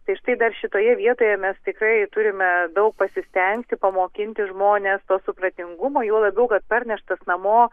tai štai dar šitoje vietoje mes tikrai turime daug pasistengti pamokinti žmones to supratingumo juo labiau kad parneštas namo